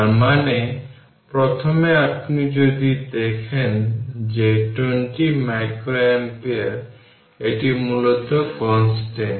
তার মানে প্রথমে আপনি যদি দেখেন যে 20 মাইক্রোঅ্যাম্পিয়ার এটি মূলত কনস্ট্যান্ট